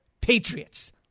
Patriots